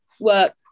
work